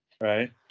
Right